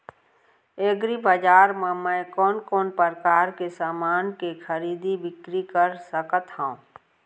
एग्रीबजार मा मैं कोन कोन परकार के समान के खरीदी बिक्री कर सकत हव?